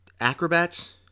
acrobats